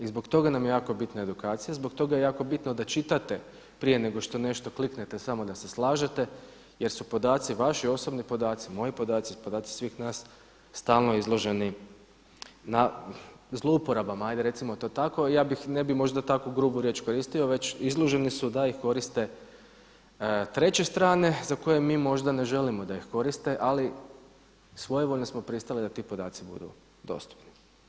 I zbog toga nam je jako bitna edukacija, zbog toga je jako bitno da čitate prije nego što nešto kliknete samo da se slažete jer su podaci vaši osobni podaci, moji podaci i podaci svih nas stalno izloženi na zlouporabama, ajde recimo to tako i ja bih, ne bih možda tako grubu riječ koristio već izloženi su da ih koriste treće strane za koje mi možda ne želimo da ih koriste ali svojevoljno smo pristali da ti podaci budu dostupni.